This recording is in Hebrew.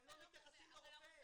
הם לא מתייחסים לרופא.